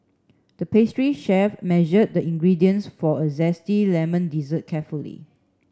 the pastry chef measured the ingredients for a zesty lemon dessert carefully